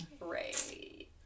Right